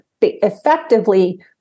effectively